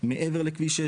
מעבר לכביש 6,